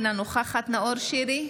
אינה נוכחת נאור שירי,